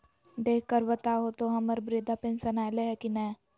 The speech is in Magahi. देख कर बताहो तो, हम्मर बृद्धा पेंसन आयले है की नय?